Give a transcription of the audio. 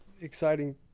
exciting